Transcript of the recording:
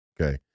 okay